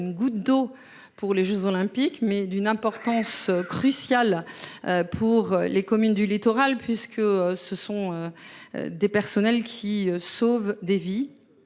une goutte d'eau pour les Jeux Olympiques mais d'une importance cruciale pour les communes du littoral, puisque ce sont. Des personnels qui sauve des vies.